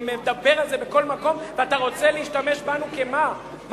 מה זה קשור לפיצוי טיסות?